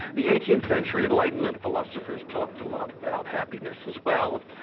the eighteenth century enlightenment philosophers talked a lot about happiness as well,